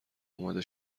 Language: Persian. اماده